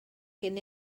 cyn